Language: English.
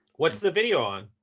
what's the video on?